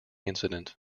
incident